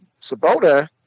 Sabota